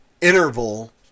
interval